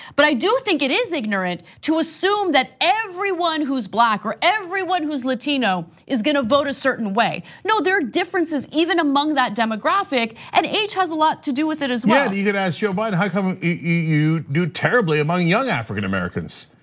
but i do think it is ignorant to assume that everyone who's black, or everyone who's latino is gonna vote a certain way. no, there are differences, even among that demographic, and each has a lot to do with it as well. yeah, you can ask joe biden, how come you do terribly among young african-americans?